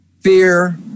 fear